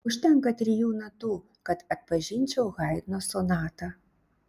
užtenka trijų natų kad atpažinčiau haidno sonatą